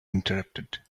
interrupted